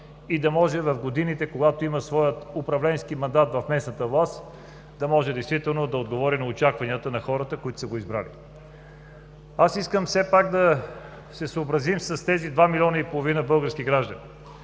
и да може в годините, когато има своя управленски мандат в местната власт, да може действително да отговори на очакванията на хората, които са го избрали. Аз искам все пак да се съобразим с тези 2,5 млн. български граждани,